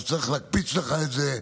אז צריך להקפיץ לך את זה,